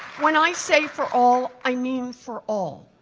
when i say for all, i mean for all.